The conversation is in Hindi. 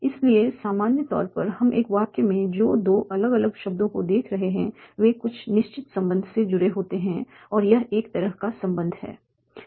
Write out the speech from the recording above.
इसलिए सामान्य तौर पर हम एक वाक्य में जो दो अलग अलग शब्दों को देख रहे हैं वे कुछ निश्चित संबंध से जुड़े होते हैं और यह एक तरह का संबंध है